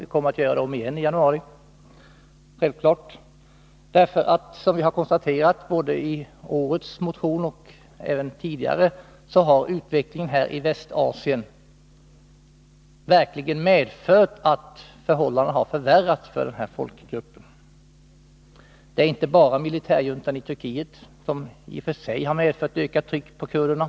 Vi kommer självfallet att göra det om igen i januari. Som vi har konstaterat både i årets motion och tidigare, har nämligen utvecklingen i Västasien medfört att förhållandena verkligen har förvärrats för denna folkgrupp. Det är inte bara militärjuntani Nr 33 Turkiet i och för sig som har medfört ökat tryck på kurderna.